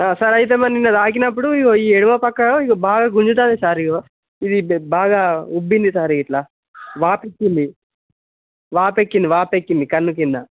sir అయితే మరి నిన్న తాకినప్పుడు ఇదిగో ఈ ఎడమ పక్క ఇదిగో బాగా గుంజుతున్నాది సార్ ఇదిగో ఇది బాగా ఉబ్బింది సార్ గిట్ల వాపిచ్చింది వాపు ఎక్కింది వాపు ఎక్కింది కన్ను కింద